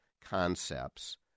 concepts